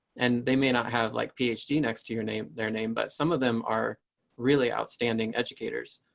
and they may not have like p h d next to your name, their name, but some of them are really outstanding educators.